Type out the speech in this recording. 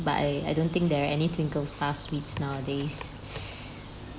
but I I don't think there are any twinkle star sweets nowadays